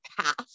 path